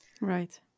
Right